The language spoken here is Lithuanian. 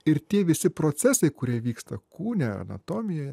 ir tie visi procesai kurie vyksta kūne anatomijoje